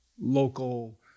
local